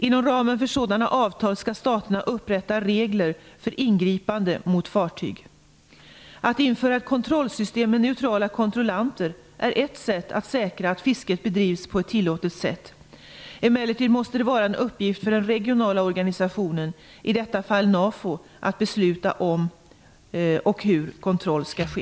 Inom ramen för sådana avtal skall staterna upprätta regler för ingripande mot fartyg. Att införa ett kontrollsystem med neutrala kontrollanter är ett sätt att säkra att fisket bedrivs på ett tillåtet sätt. Emellertid måste det vara en uppgift för den regionala organisationen, i detta fallet NAFO, att besluta om och hur kontroll skall ske.